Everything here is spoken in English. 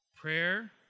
Prayer